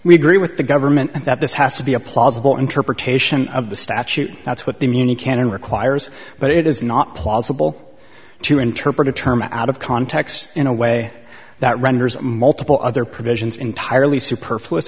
we agree with the government that this has to be a plausible interpretation of the statute that's what the muni canon requires but it is not plausible to interpret a term out of context in a way that renders multiple other provisions entirely superfluous